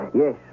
Yes